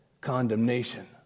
condemnation